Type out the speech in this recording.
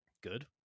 Good